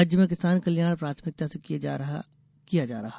राज्य में किसान कल्याण प्राथमिकता से किया जा रहा